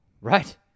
Right